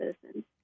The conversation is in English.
citizens